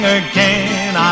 again